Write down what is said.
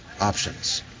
options